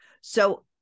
So-